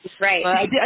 right